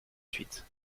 suite